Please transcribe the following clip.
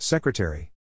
Secretary